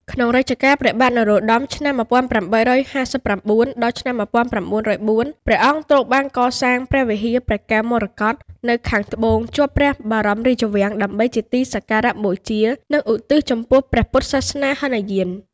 ក្នុងរជ្ជកាល ព្រះបាទនរោត្តម (ឆ្នាំ ១៨៥៩-១៩០៤) ព្រះអង្គទ្រង់បានកសាងព្រះវិហារព្រះកែវមរកត នៅខាងត្បូងជាប់ព្រះបរមរាជវាំងដើម្បីជាទីសក្ការៈបូជា និងឧទ្ទិសចំពោះព្រះពុទ្ធសាសនាហីនយាន។